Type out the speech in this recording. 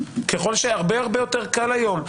ככל שהרבה יותר קל היום,